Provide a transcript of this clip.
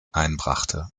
einbrachte